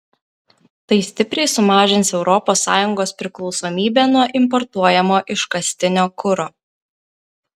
tai stipriai sumažins europos sąjungos priklausomybę nuo importuojamo iškastinio kuro